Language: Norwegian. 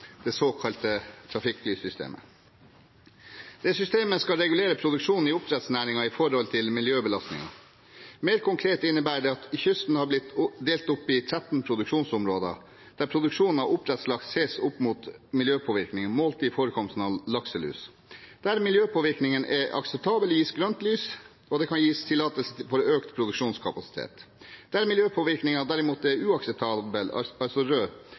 det såkalte trafikklyssystemet. Dette systemet skal regulere produksjonen i oppdrettsnæringen med hensyn til miljøbelastningen. Mer konkret innebærer dette at kysten har blitt delt opp i 13 produksjonsområder, der produksjonen av oppdrettslaks ses opp mot miljøpåvirkningen, målt i forekomsten av lakselus. Der miljøpåvirkningen er akseptabel, gis grønt lys, og det kan gis tillatelse for økt produksjonskapasitet. Der miljøpåvirkningen derimot er uakseptabel, altså